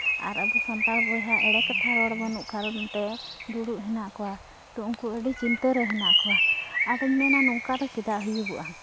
ᱟᱨ ᱟᱵᱚ ᱥᱟᱱᱛᱟᱲ ᱵᱚᱭᱦᱟ ᱮᱲᱮ ᱠᱟᱛᱷᱟ ᱨᱚᱲ ᱵᱟᱹᱱᱩᱜ ᱠᱟᱨᱚᱱ ᱛᱮ ᱫᱩᱲᱩᱵ ᱦᱮᱱᱟᱜ ᱠᱚᱣᱟ ᱛᱚ ᱩᱝᱠᱩ ᱟᱹᱰᱤ ᱪᱤᱱᱛᱟᱹ ᱨᱮ ᱦᱮᱱᱟᱜ ᱠᱚᱣᱟ ᱟᱫᱚᱧ ᱢᱮᱱᱟ ᱱᱚᱝᱠᱟ ᱫᱚ ᱪᱮᱫᱟᱜ ᱦᱩᱭᱩᱜᱚᱜᱼᱟ